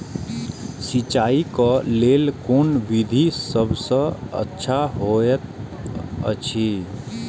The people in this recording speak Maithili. सिंचाई क लेल कोन विधि सबसँ अच्छा होयत अछि?